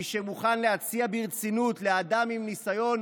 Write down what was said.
מי שמוכן להציע ברצינות לאדם עם ניסיון